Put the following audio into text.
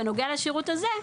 בנוגע לשירות הזה,